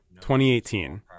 2018